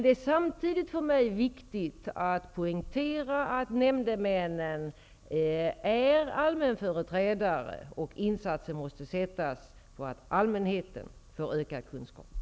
Det är viktigt för mig att samtidigt poängtera att nämndemännen är allmänföreträdare och att insatser för att öka allmänhetens kunskaper måste göras.